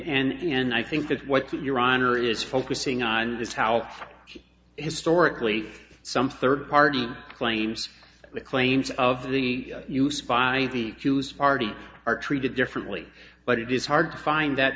honor and i think that what your honor is focusing on is how historically some third party claims the claims of the use by the jews party are treated differently but it is hard to find that